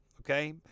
Okay